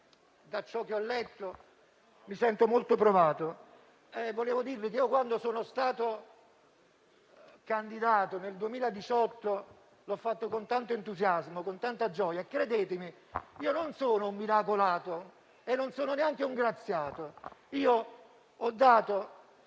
da ciò che ho letto; mi sento molto provato. Quando mi sono candidato, nel 2018, l'ho fatto con tanto entusiasmo e con tanta gioia. Credetemi: io non sono un miracolato e non sono neanche un graziato. Io ho dato